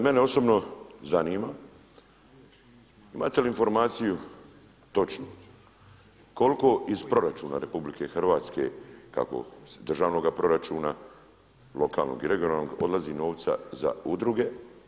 Mene osobno zanima imate li informaciju točnu koliko iz proračuna RH kako državnoga proračuna, lokalnog i regionalnog odlazi novca za udruge?